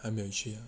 还没有去啊